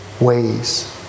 ways